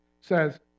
says